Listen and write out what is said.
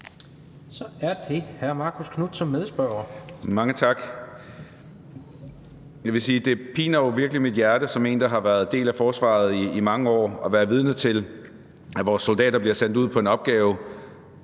Kl. 17:03 Marcus Knuth (KF): Mange tak. Jeg vil sige, at det virkelig piner mit hjerte, som en, der har været en del af forsvaret i mange år, at være vidne til, at vores soldater bliver sendt ud på en opgave,